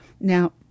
Now